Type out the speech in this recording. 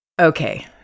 Okay